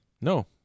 No